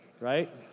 Right